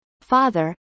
father